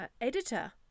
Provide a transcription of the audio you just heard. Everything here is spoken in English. editor